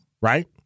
right